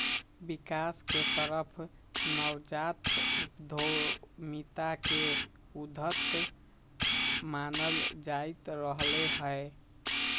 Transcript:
विकास के तरफ नवजात उद्यमिता के उद्यत मानल जाईंत रहले है